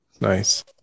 Nice